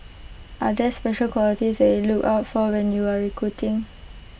are this special qualities they look out for A new recruiting